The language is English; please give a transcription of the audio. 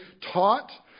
taught